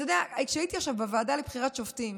אתה יודע, כשהייתי עכשיו בוועדה לבחירת שופטים